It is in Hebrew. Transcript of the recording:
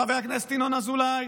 חבר הכנסת ינון אזולאי,